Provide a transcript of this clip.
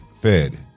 fed